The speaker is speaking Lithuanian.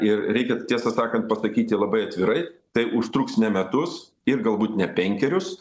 ir reikia tiesą sakant pasakyti labai atvirai tai užtruks ne metus ir galbūt ne penkerius